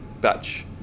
Batch